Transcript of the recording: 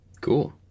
Cool